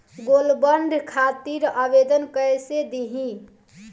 Gold bond खातिर आवेदन कैसे दिही?